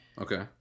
Okay